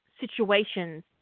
situations